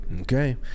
okay